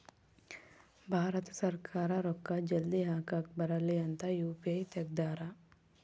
ಭಾರತ ಸರ್ಕಾರ ರೂಕ್ಕ ಜಲ್ದೀ ಹಾಕಕ್ ಬರಲಿ ಅಂತ ಯು.ಪಿ.ಐ ತೆಗ್ದಾರ